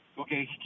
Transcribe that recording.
Okay